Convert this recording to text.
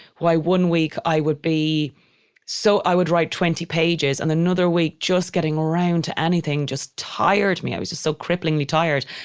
why one week i would be so, i would write twenty pages and another week just getting around to anything just tired me. i was just so cripplingly tired.